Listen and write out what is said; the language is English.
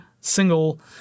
single